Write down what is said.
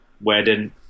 Wedding